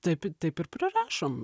taip taip ir prirašom